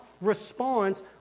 response